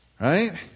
right